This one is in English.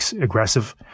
aggressive